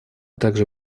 также